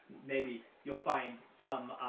maybe you'll find some